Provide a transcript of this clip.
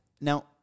Now